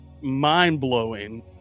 mind-blowing